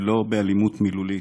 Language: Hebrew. ולא מילולית,